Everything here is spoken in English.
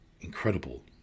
incredible